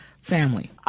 family